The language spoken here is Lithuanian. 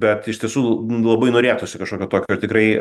bet iš tiesų labai norėtųsi kažkokio tokio tikrai